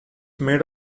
made